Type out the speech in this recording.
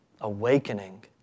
awakening